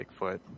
Bigfoot